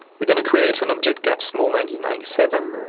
we're going to create an object gap small ninety ninety seven,